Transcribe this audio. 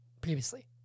previously